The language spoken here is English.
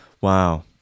Wow